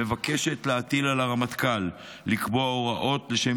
מבקשת להטיל על הרמטכ"ל לקבוע הוראות לשם